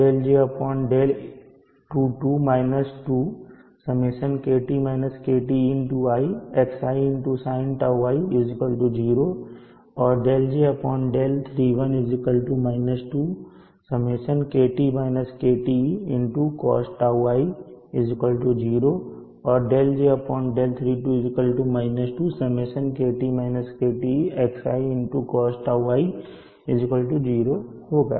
और δj δa22 2Σi xi sinτi 0 होगा और δjδa31 2Σi cosτi 0 और δjδa32 2Σi xi cosτi 0 होगा